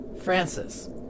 Francis